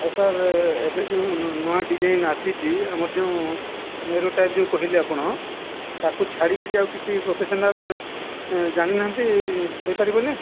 ଆଉ ସାର୍ ଏବେ ଯେଉଁ ନୂଆ ଡିଜାଇନ୍ ଆସିଛି ଆମର ଯୋଉ ନେରୋ ଟାଇପ୍ ଯୋଉ କହିଲେ ଆପଣ ତା'କୁ ଛାଡ଼ିକିରି ଆଉ କିଛି ପ୍ରଫେସନାଲ୍ ଏଁ ଜାଣି ନାହାନ୍ତି ହେଇପାରିବ ନି